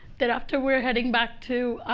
then after, we're heading back to